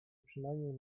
przynajmniej